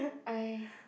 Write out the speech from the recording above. I